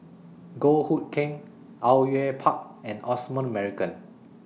Goh Hood Keng Au Yue Pak and Osman Merican